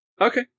Okay